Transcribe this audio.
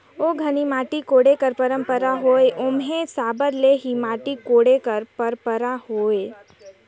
ओ घनी माटी कोड़े कर पंरपरा होए ओम्हे साबर ले ही माटी कोड़े कर परपरा होए